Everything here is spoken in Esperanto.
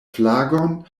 flagon